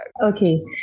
Okay